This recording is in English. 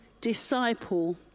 disciple